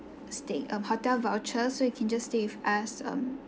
stay a hotel voucher so you can just with us um